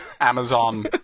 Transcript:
Amazon